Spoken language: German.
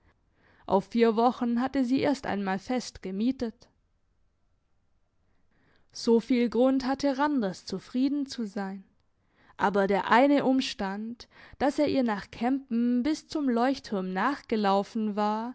auf vier wochen hatte sie erst einmal fest gemietet so viel grund hatte randers zufrieden zu sein aber der eine umstand dass er ihr nach kämpen bis zum leuchtturm nachgelaufen war